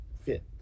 fit